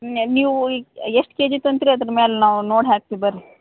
ನೇ ನೀವು ಈಗ ಎಷ್ಟು ಕೆ ಜಿ ತಂತು ರೀ ಅದ್ರ ಮ್ಯಾಲೆ ನಾವು ನೋಡಿ ಹಾಕ್ತಿವಿ ಬರ್ರೀ